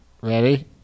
Ready